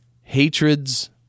hatreds